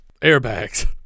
Airbags